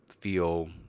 feel